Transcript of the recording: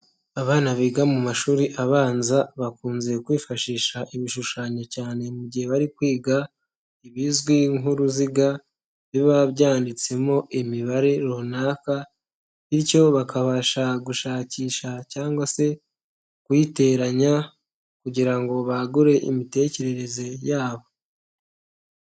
Abana biga mu mashuri abanza bakunze kwifashisha ibishushanyo cyane mu gihe bari kwiga ibizwi nk'uruziga biba byanditsemo imibare runaka bityo bakabasha gushakisha cyangwa se kuyiteranya kugira ngo bagure imitekerereze yabo.